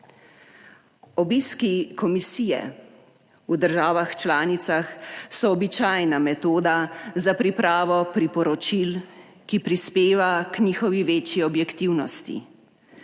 Obiski komisije v državah članicah so običajna metoda za pripravo priporočil, ki prispeva k njihovi večji objektivnosti,